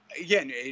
again